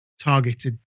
targeted